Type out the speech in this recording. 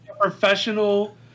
professional